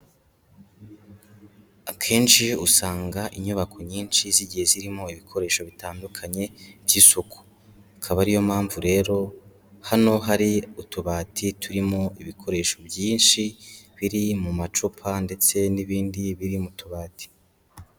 Akenshi iyo usanga inyubako nyinshi zigiye zirimo ibikoresho bitandukanye by'isuku, ikaba ari yo mpamvu rero hano hari utubati turimo ibikoresho byinshi biri mu macupa ndetse n'ibindi biri mu tubati.